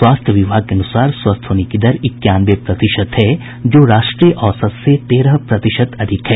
स्वास्थ्य विभाग के अनुसार स्वस्थ होने की दर इक्यानवे प्रतिशत है जो राष्ट्रीय औसत से तेरह प्रतिशत अधिक है